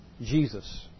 Jesus